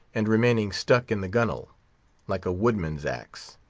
and remaining stuck in the gunwale like a woodman's axe.